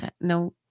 no